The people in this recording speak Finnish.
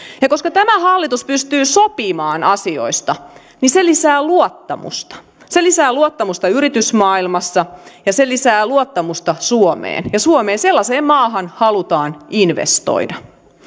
ja koska tämä hallitus pystyy sopimaan asioista niin se lisää luottamusta se lisää luottamusta yritysmaailmassa ja se lisää luottamusta suomeen ja sellaiseen maahan halutaan investoida